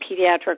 pediatric